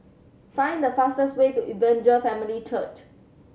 find the fastest way to Evangel Family Church